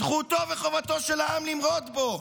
זכותו וחובתו של העם למרוד בו,